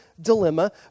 dilemma